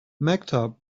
maktub